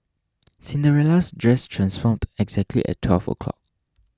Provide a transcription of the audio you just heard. Cinderella's dress transformed exactly at twelve o'clock